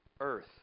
earth